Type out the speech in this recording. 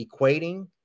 equating